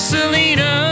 Selena